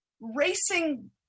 racing